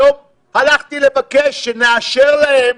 היום הלכתי לבקש שנאשר להם